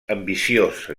ambiciós